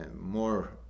more